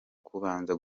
kubanza